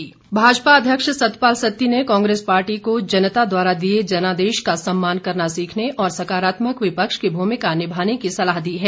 सत्ती भाजपा अध्यक्ष सतपाल सत्ती ने कांग्रेस पार्टी को जनता द्वारा दिए जनादेश का सम्मान करना सीखने और सकारात्मक विपक्ष की भूमिका निमाने की सलाह दी है